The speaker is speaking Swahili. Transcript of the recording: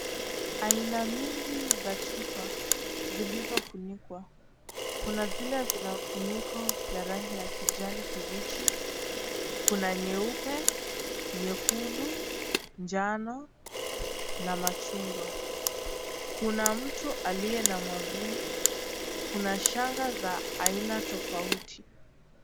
Aina mingi, za chupa, zilizo funikwa, kuna zile zina funiko ya rangi ya kijani kibichi, kuna nyeupe, nyekundu, njano, na machungwa, kuna mtu aliye na mwavuli, kuna shanga za aina tofauti.